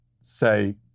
say